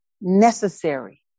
necessary